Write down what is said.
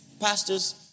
pastors